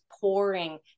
pouring